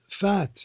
fat